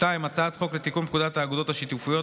2. הצעת חוק לתיקון פקודת האגודות השיתופיות